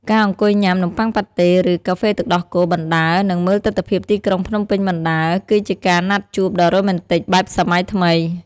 ការអង្គុយញ៉ាំ "នំបុ័ងប៉ាតេ" ឬ "កាហ្វេទឹកដោះគោ" បណ្ដើរ និងមើលទិដ្ឋភាពទីក្រុងភ្នំពេញបណ្ដើរ គឺជាការណាត់ជួបដ៏រ៉ូមែនទិកបែបសម័យថ្មី។